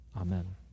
Amen